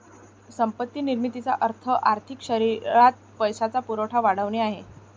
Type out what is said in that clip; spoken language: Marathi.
संपत्ती निर्मितीचा अर्थ आर्थिक शरीरात पैशाचा पुरवठा वाढवणे आहे